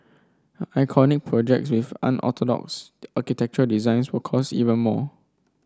iconic projects with unorthodox architectural designs will cost even more